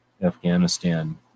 Afghanistan